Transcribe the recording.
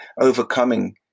overcoming